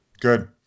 Good